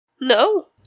No